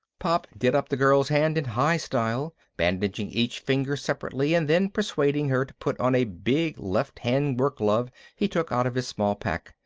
pop did up the girl's hand in high style, bandaging each finger separately and then persuading her to put on a big left-hand work glove he took out of his small pack.